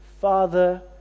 Father